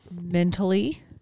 Mentally